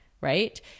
right